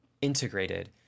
integrated